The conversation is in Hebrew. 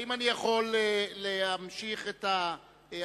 האם אני יכול להמשיך את ההצבעה?